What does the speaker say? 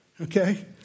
okay